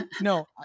no